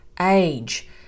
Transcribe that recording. age